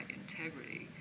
integrity